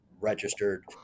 registered